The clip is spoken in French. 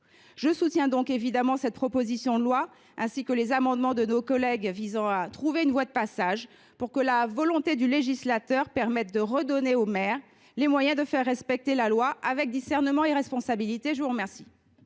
Je soutiens donc évidemment cette proposition de loi, ainsi que les amendements de nos collègues visant à trouver une voie de passage législative pour redonner aux maires les moyens de faire respecter la loi avec discernement et responsabilité. La parole